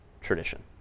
tradition